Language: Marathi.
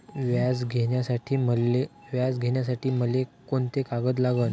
व्याज घ्यासाठी मले कोंते कागद लागन?